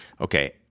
okay